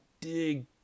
dig